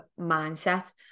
mindset